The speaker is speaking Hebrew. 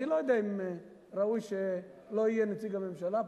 אני לא יודע אם ראוי שלא יהיה נציג הממשלה פה.